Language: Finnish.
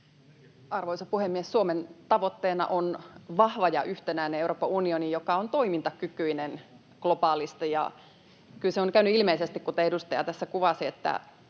Arvoisa puhemies! Suomen tavoitteena on vahva ja yhtenäinen Euroopan unioni, joka on toimintakykyinen globaalisti, ja kyllä se on nyt käynyt ilmeiseksi, kuten edustaja tässä kuvasi, että